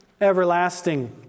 everlasting